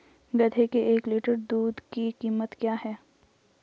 गधे के एक लीटर दूध की कीमत क्या है?